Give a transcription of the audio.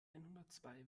einhundertzwei